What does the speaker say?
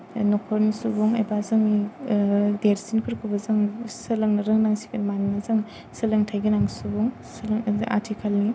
नखरनि सुबुं एबा जोंनि देरसिनफोरखौबो जों सोलोंनो रोंनांसिगोन मानोना जों सोलोंथाय गोनां सुबुं सोलों आथिखालनि